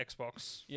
Xbox